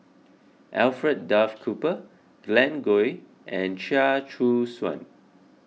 Alfred Duff Cooper Glen Goei and Chia Choo Suan